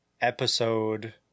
episode